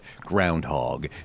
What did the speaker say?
groundhog